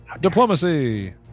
diplomacy